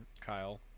Kyle